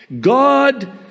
God